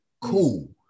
Cool